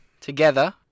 together